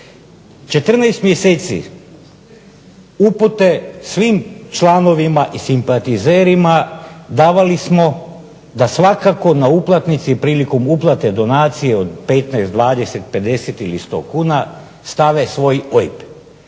14 mjeseci upute svim članovima i simpatizerima davali smo da svakako na uplatnici prilikom uplate donacije od 15, 20, 50 ili 100 kuna stave svoj OIB